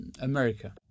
America